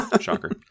Shocker